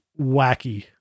wacky